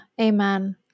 Amen